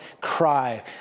cry